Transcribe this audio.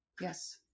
Yes